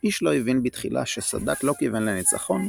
"איש לא הבין בתחילה שסאדאת לא כיוון לניצחון,